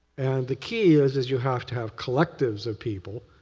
the key is is you have to have collectives of people.